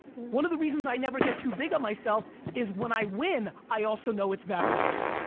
one of the reasons i never get too big on myself is when i win, i also know its variables.